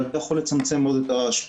זה יכול מאוד לצמצם מאוד את ההשפעות.